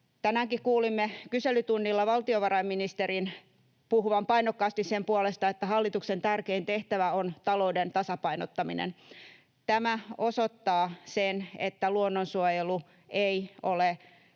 Tänäänkin kuulimme kyselytunnilla valtiovarainministerin puhuvan painokkaasti sen puolesta, että hallituksen tärkein tehtävä on talouden tasapainottaminen. Tämä osoittaa sen, että luonnonsuojelu ei ole